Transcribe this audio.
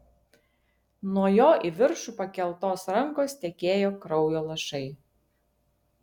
nuo jo į viršų pakeltos rankos tekėjo kraujo lašai